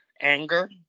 anger